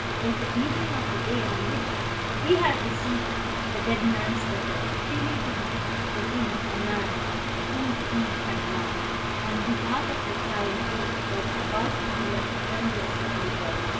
was the evening of the day on which he had received the dead man's letter, appealing to him to him, a man whom he had wronged on behalf of the child who was about to be left friendless in the world.